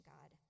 God